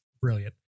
Brilliant